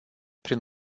prin